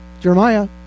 Jeremiah